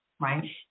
Right